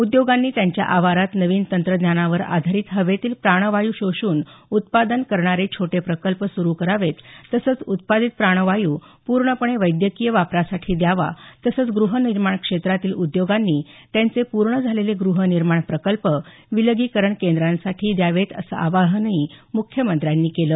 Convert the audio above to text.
उद्योगांनी त्यांच्या आवारात नवीन तंत्रज्ञानावर आधारित हवेतील प्राणवायू शोषून उत्पादन करणारे छोटे प्रकल्प सुरु करावेत तसंच उत्पादित प्राणवायू पूर्णपणे वैद्यकीय वापरासाठी द्यावा तसंच ग्रहनिर्माण क्षेत्रातील उद्योगांनी त्यांचे पूर्ण झालेले गृहनिर्माण प्रकल्प विलगीकरण केंद्रांसाठी द्यावेत असं आवाहन ही मुख्यमंत्र्यांनी केलं